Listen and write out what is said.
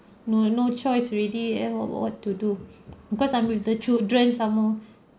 no no choice already eh what what what to do because I'm with the children some more